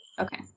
Okay